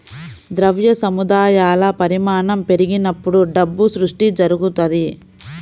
ద్రవ్య సముదాయాల పరిమాణం పెరిగినప్పుడు డబ్బు సృష్టి జరుగుతది